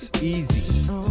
Easy